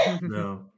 No